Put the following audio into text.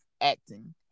acting